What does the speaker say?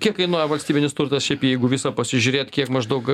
kiek kainuoja valstybinis turtas šiaip jeigu visą pasižiūrėt kiek maždaug